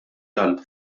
għal